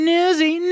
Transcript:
Newsy